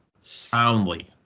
soundly